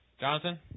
jonathan